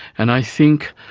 and i think